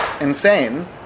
insane